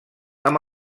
amb